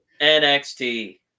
nxt